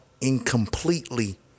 incompletely